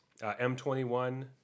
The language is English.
M21